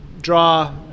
draw